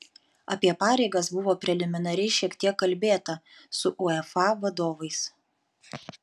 apie pareigas buvo preliminariai šiek tiek kalbėta su uefa vadovais